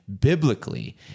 biblically